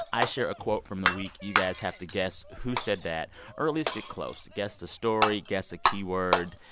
i share a quote from the week. you guys have to guess who said that or at least get close. guess the story. guess a keyword.